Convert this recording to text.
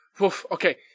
Okay